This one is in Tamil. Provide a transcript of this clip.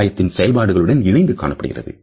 சமுதாயத்தின் செயல்பாடுகளுடன் இணைந்து காணப்படுகிறது